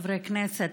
חברי כנסת,